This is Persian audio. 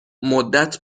مدت